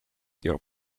your